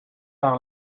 par